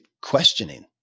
questioning